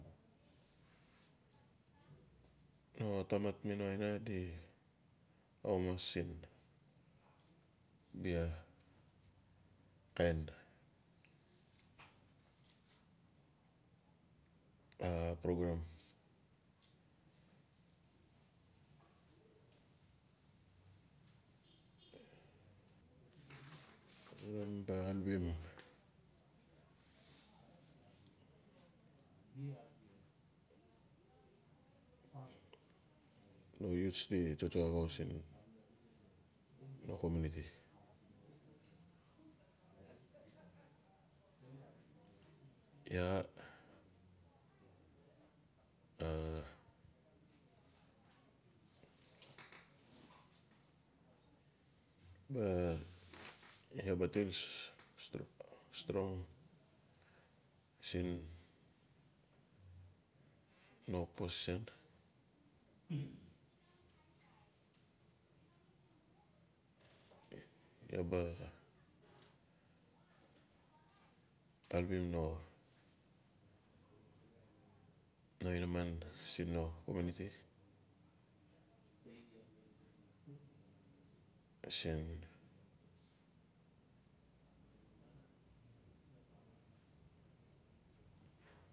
No tamat mi no aina di amas siin bia kain a programe a ba alpim no youths di tsotso axau siin no comuniti iaa a iaa ba til strong siin no position iaa ba alpim no inaman siin no comuniti siin.